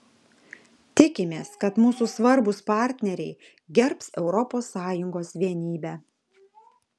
tikimės kad mūsų svarbūs partneriai gerbs europos sąjungos vienybę